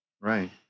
right